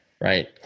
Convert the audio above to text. Right